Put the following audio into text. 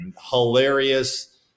hilarious